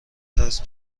ترس